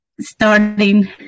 starting